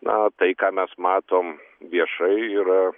na tai ką mes matom viešai yra